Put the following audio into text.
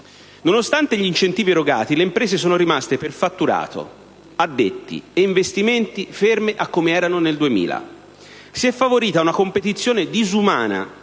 Nonostante gli incentivi erogati, le imprese sono rimaste per fatturato, addetti e investimenti ferme a come erano nel 2000. Si è favorita una competizione disumana